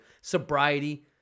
sobriety